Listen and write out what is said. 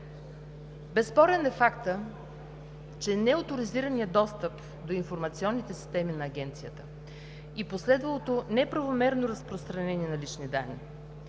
Безспорен е фактът, че неоторизираният достъп до информационните системи на Агенцията и последвалото неправомерно разпространение на лични данни